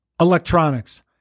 electronics